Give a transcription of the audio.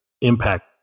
impact